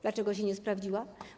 Dlaczego się nie sprawdziła?